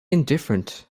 indifferent